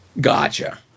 Gotcha